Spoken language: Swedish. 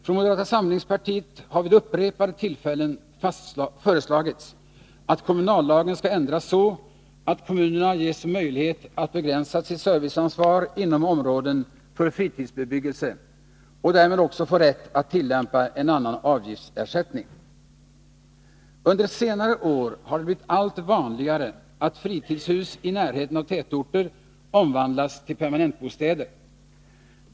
Från moderata samlingspartiet har vid upprepade tillfällen föreslagits att kommunallagen skall ändras så att kommunerna ges möjlighet att begränsa sitt serviceansvar inom områden för fritidsbebyggelse och därmed också få rätt att tillämpa annan avgiftsersättning. Under senare år har det blivit allt vanligare att fritidshus i närheten av tätorter omvandlats till permanentbostäder.